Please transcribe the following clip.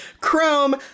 chrome